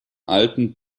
alten